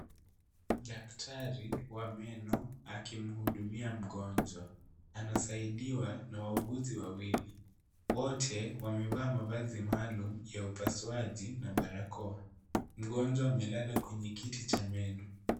Dakatri wa meno akimhudumia mgonjwa, anasaidiwa na wauguzi wawili, wote wamevaa mavazi maalum ya upasuaji na barakoa, mgonjwa amelala kwenye kiti cha meno.